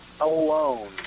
alone